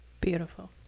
Beautiful